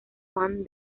juan